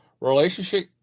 relationship